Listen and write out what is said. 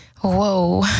Whoa